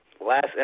last